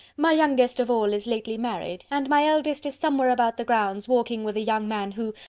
my youngest of all is lately married, and my eldest is somewhere about the grounds, walking with a young man who,